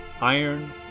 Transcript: Iron